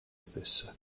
stesse